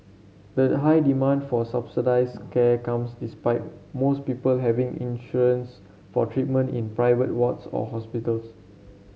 the high demand for subsidised care comes despite most people having insurance for treatment in private wards or hospitals